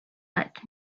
that